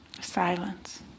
silence